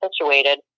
situated